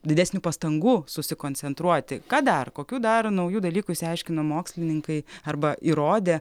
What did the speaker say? didesnių pastangų susikoncentruoti ką dar kokių dar naujų dalykų išsiaiškino mokslininkai arba įrodė